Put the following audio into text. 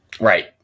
right